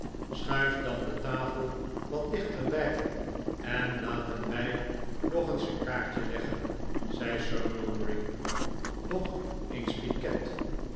schuif dan de tafel wat dichterbij en laten wij nog eens eens kaartje leggen zei sir mulberry nog eens piket